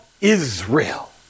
Israel